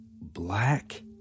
black